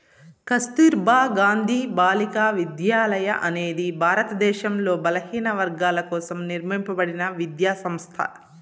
కస్తుర్బా గాంధీ బాలికా విద్యాలయ అనేది భారతదేశంలో బలహీనవర్గాల కోసం నిర్మింపబడిన విద్యా సంస్థ